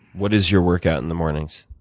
what is your workout in the mornings?